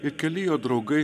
ir keli jo draugai